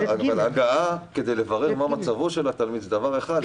הגעה כדי לברר מה מצבו של התלמיד זה דבר אחד,